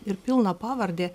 ir pilną pavardė